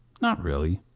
not really.